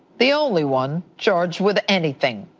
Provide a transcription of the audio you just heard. the only one charged with anything.